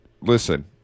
listen